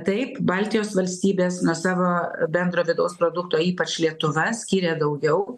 taip baltijos valstybės nuo savo bendro vidaus produkto ypač lietuva skyrė daugiau